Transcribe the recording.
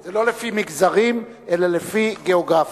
זה לא לפי מגזרים אלא לפי גיאוגרפיה.